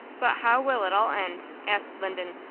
but how will it all end? asked linden,